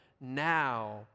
now